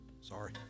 sorry